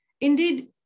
Indeed